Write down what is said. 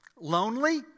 Lonely